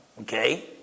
okay